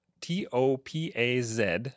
T-O-P-A-Z